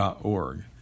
.org